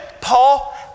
Paul